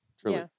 Truly